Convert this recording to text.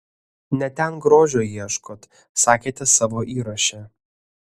ne ten grožio ieškot sakėte savo įraše